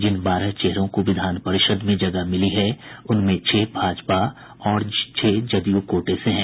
जिन बारह चेहरों को विधान परिषद् में जगह मिली है उनमें छह भाजपा और छह जदयू कोटे से हैं